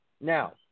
Now